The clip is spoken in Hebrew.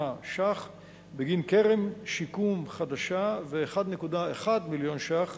שקלים בגין קרן שיקום חדשה ו-1.1 מיליון שקלים